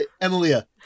Emilia